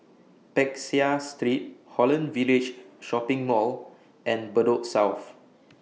Peck Seah Street Holland Village Shopping Mall and Bedok South